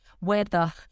weather